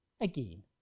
again